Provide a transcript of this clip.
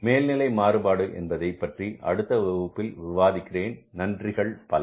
மேல்நிலை மாறுபாடு என்பதை பற்றி அடுத்த வகுப்பில் விவாதிக்கிறேன் நன்றிகள் பல